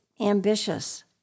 ambitious